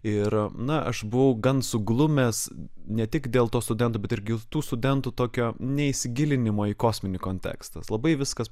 ir na aš buvau gan suglumęs ne tik dėl to studento bet ir kitų studentų tokio neįsigilinimo į kosminį kontekstas labai viskas